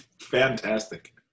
Fantastic